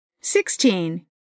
Sixteen